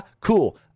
Cool